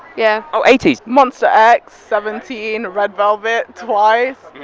yeah. oh, ateez. monsta x, seventeen, red velvet, twice,